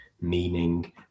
meaning